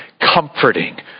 comforting